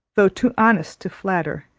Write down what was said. though too honest to flatter,